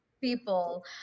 people